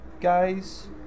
guys